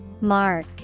Mark